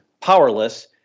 powerless